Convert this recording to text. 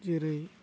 जेरै